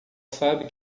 sabe